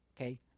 okay